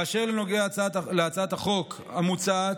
באשר להצעת החוק המוצעת,